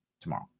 tomorrow